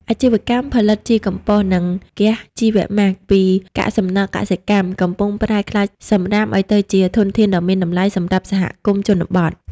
អាជីវកម្មផលិតជីកំប៉ុស្ត និងហ្គាសជីវម៉ាស ពីកាកសំណល់កសិកម្ម កំពុងប្រែក្លាយសំរាមឱ្យទៅជាធនធានដ៏មានតម្លៃសម្រាប់សហគមន៍ជនបទ។